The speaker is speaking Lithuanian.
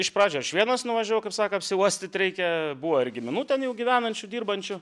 iš pradžių aš vienas nuvažiavau kaip sako apsiuostyt reikia buvo ir giminių ten jau gyvenančių dirbančių